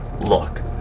Look